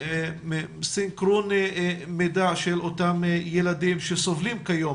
סינכרון מידע של אותם ילדים שסובלים כיום